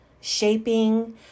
shaping